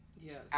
Yes